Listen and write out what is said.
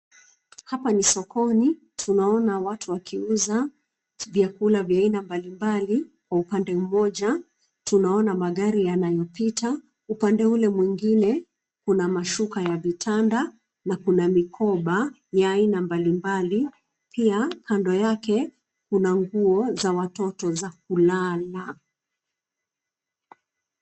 Hapa ni sokoni , tunaona watu wakiuza vyakula vya aina mbali mbali, kwa upande mmoja tunaona magari yanapita . Upande ule mwingine kuna mashuka ya vitanda na kuna mikoba ya aina mbali mbali. Pia, kando yake kuna nguo za watoto za kulala.